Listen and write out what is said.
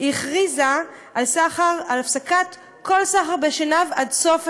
הכריזה על הפסקת כל סחר בשנהב עד סוף השנה.